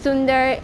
sundar